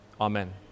Amen